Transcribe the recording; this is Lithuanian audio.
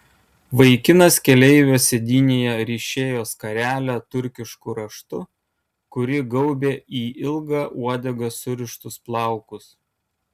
vaikinas keleivio sėdynėje ryšėjo skarelę turkišku raštu kuri gaubė į ilgą uodegą surištus plaukus